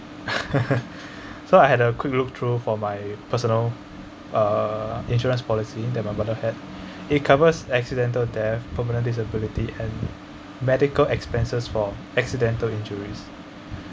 so I had a quick look through for my personal uh insurance policy that my mother had it covers accidental death permanent disability and medical expenses for accidental injuries